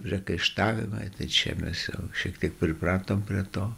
priekaištavimai tai čia mes jau šiek tiek pripratom prie to